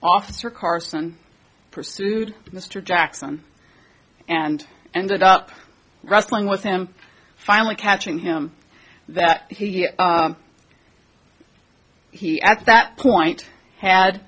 officer carson pursued mr jackson and ended up wrestling with him finally catching him that he he at that point had